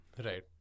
Right